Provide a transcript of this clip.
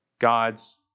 God's